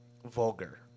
vulgar